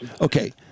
Okay